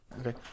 okay